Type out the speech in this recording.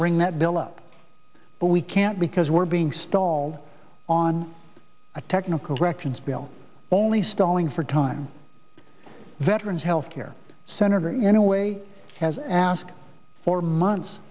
bring that bill up but we can't because we're being stalled on a technical corrections bill only stalling for time veterans health care senator in a way has asked for months